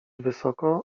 wysoko